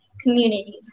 communities